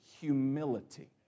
humility